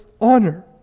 honor